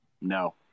No